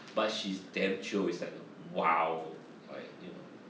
but she's damn chio is like the !wow! like you know